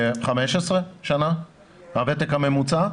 15 שנים הוותק הממוצע.